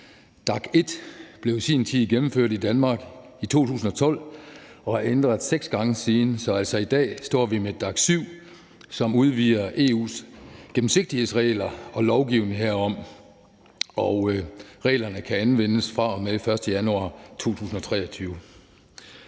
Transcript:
DAC1 blev gennemført i Danmark i 2012 og er ændret seks gange siden, så i dag står vi altså med DAC7, som udvider EU's gennemsigtighedsregler og lovgivning herom. Reglerne træder i anvendelse fra og med den 1. januar 2023.